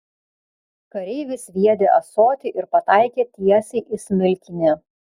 kareivis sviedė ąsotį ir pataikė tiesiai į smilkinį